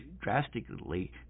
drastically